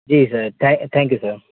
ji sir thank you sir